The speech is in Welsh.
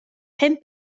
pum